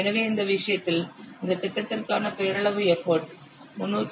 எனவே இந்த விஷயத்தில் இந்த திட்டத்திற்கான பெயரளவு எப்போட் 302